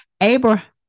Abraham